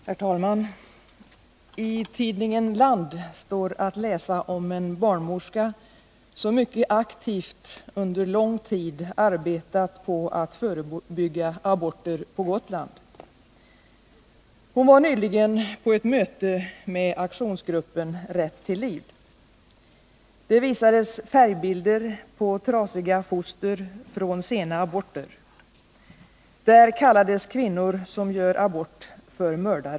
Herr talman! I tidningen Land står att läsa om en barnmorska som under lång tid mycket aktivt arbetat med att förebygga aborter på Gotland. Hon var nyligen på ett möte med aktionsgruppen Rätt till liv. Där visades färgbilder på trasiga foster från sena aborter. Kvinnor som gör abort kallades för mördare.